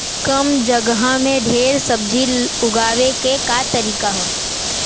कम जगह में ढेर सब्जी उगावे क का तरीका ह?